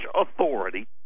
authority